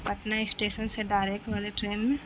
Patna station سے direct والی train میں